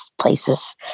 places